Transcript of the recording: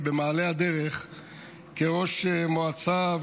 במעלה הדרך כראש מועצה,